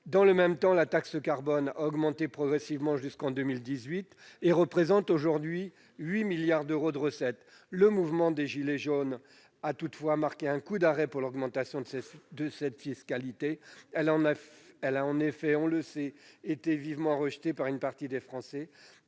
Dans le même temps, la taxe carbone a augmenté progressivement jusqu'en 2018, représentant aujourd'hui 8 milliards d'euros de recettes. Le mouvement des « gilets jaunes » a toutefois marqué un coup d'arrêt à l'augmentation de cette fiscalité. Celle-ci a en effet été, on le sait, vivement rejetée par une partie des Français,